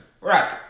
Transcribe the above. right